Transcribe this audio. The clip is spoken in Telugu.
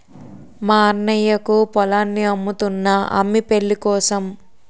మా అన్నయ్యకు పొలాన్ని అమ్ముతున్నా అమ్మి పెళ్ళికోసం